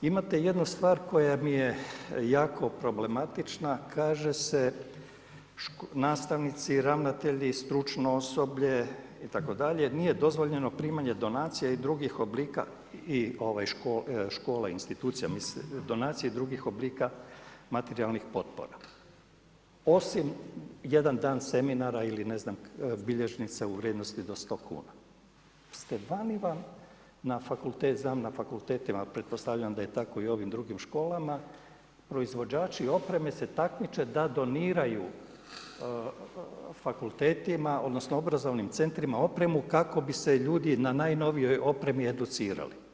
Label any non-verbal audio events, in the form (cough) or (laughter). Imate jednu stvar koja mi je jako problematična, kaže se, nastavnici, ravnatelj i stručno osoblje itd., nije dozvoljeno primanje donacija i drugih oblika i škola, institucija, donacije i drugih oblika materijalnih potpora osim jedan dan seminara ili ne znam bilježnica u vrijednosti do 100 kuna. ... (unintelligible) vani van na fakultet, znam na fakultetima, pretpostavljam da je tako i u ovim drugim školama proizvođači opreme se takmiče da doniraju fakultetima odnosno obrazovnim centrima opremu kako bi se ljudi na najnovijoj opremi educirali.